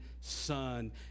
son